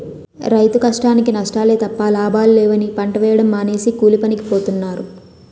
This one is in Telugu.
రైతు కష్టానికీ నష్టాలే తప్ప లాభాలు లేవని పంట వేయడం మానేసి కూలీపనికి పోతన్నారు